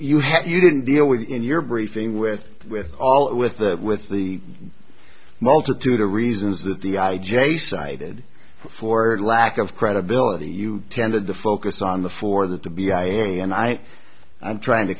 happy you didn't deal with it in your briefing with with all with the with the multitude of reasons that the i j a cited for lack of credibility you tended to focus on the for that to be i e and i i'm trying to